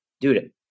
dude